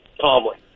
Tomlin